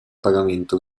pagamento